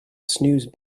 snooze